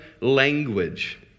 language